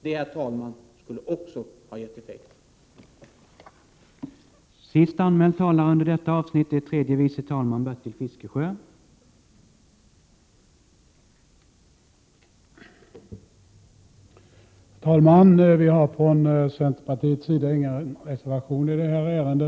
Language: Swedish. Det skulle också ha gett effekt, herr talman.